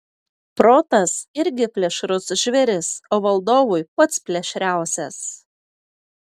protas irgi plėšrus žvėris o valdovui pats plėšriausias